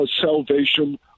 salvation